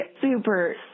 super